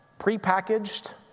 prepackaged